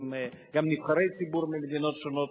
וגם עם נבחרי ציבור ממדינות שונות,